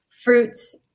fruits